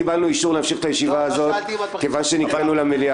קיבלנו אישור להמשיך את הישיבה הזאת כיוון שנקלענו למליאה.